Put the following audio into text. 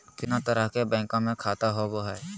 कितना तरह के बैंकवा में खाता होव हई?